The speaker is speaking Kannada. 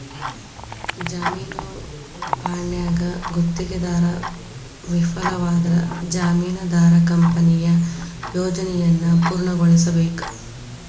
ಜಾಮೇನು ಬಾಂಡ್ನ್ಯಾಗ ಗುತ್ತಿಗೆದಾರ ವಿಫಲವಾದ್ರ ಜಾಮೇನದಾರ ಕಂಪನಿಯ ಯೋಜನೆಯನ್ನ ಪೂರ್ಣಗೊಳಿಸಬೇಕ